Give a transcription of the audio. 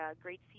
great